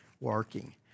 working